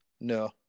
No